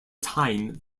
time